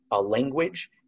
language